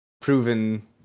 proven